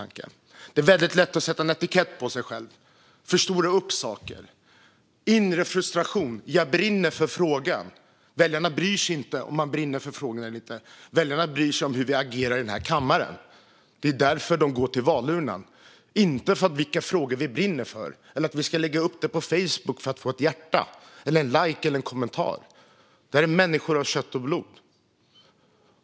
Det är väldigt lätt att sätta en etikett på sig själv och förstora upp saker utifrån sin inre frustration: Jag brinner för frågan! Men väljarna bryr sig inte om ifall man brinner för frågorna eller inte. Väljarna bryr sig om hur vi agerar här i kammaren. Det är därför de går till valurnan, inte för att vi brinner för olika frågor och lägger upp något på Facebook för att få ett hjärta, en lajk eller en kommentar. Det här är människor av kött och blod.